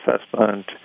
assessment